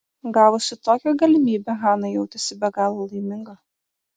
gavusi tokią galimybę hana jautėsi be galo laiminga